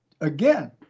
again